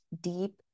deep